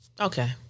Okay